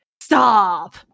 Stop